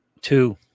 Two